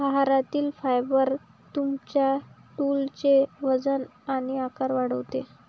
आहारातील फायबर तुमच्या स्टूलचे वजन आणि आकार वाढवते